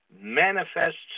manifests